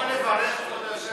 אני יכול לברך, כבוד היושבת-ראש?